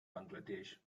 bangladesh